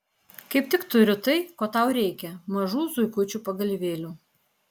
kaip tik turiu tai ko tau reikia mažų zuikučių pagalvėlių